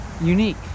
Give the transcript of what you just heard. unique